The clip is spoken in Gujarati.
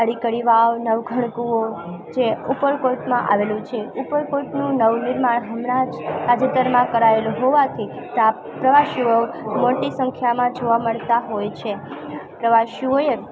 અડી કડી વાવ નવ ખરકોટ જે ઉપરકોટમાં આવેલું છે ઉપરકોટનું નવનિર્માણ હમણાં જ તાજેતરમાં કરાયેલું હોવાથી ત્યાં પ્રવાસીઓ મોટી સંખ્યામાં જોવા મળતા હોય છે પ્રવાસીઓએ